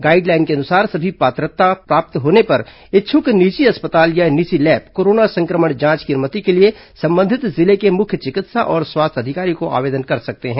guideline के अनुसार सभी पात्रता होने पर इच्छुक निजी अस्पताल या निजी लैब कोरोना संक्रमण जांच की अनुमति के लिए संबंधित जिले के मुख्य चिकित्सा और स्वास्थ्य अधिकारी को आवेदन कर सकते हैं